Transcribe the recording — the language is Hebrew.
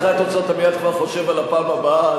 אחרי התוצאות אתה מייד כבר חושב על הפעם הבאה.